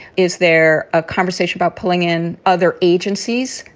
is there a conversation about pulling in other agencies,